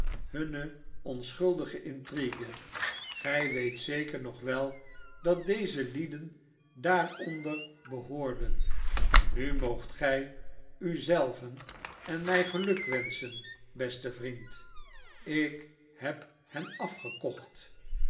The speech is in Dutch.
hunne onschuldige intrigue gij weet zeker nog wel dat deze lieden daaronder behoorden nu moogt gij u zelven en mij gelukwenschen beste vriend ik heb hen afgekocht